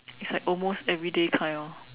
it's like almost everyday kind orh